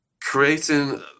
creating